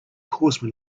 horseman